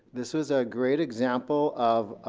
this was a great example of